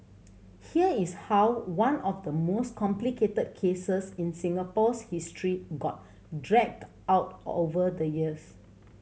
here is how one of the most complicated cases in Singapore's history got dragged out over the years